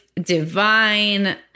divine